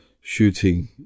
shooting